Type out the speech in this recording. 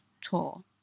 Tour